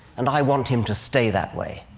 and i want him to stay that way